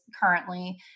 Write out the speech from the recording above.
currently